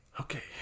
Okay